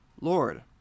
Lord